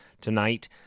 tonight